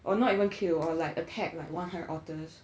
or not even kill or like attack one hundred otters